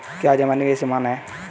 क्या जमा निवेश के समान है?